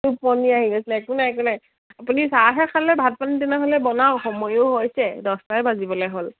টোপনি আহি গৈছিলে একো নাই একো নাই আপুনি চাহহে খালে ভাত পানী তেনেহ'লে বনাওঁ সময়ো হৈছে দহটাই বাজিবলে হ'ল